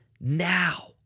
now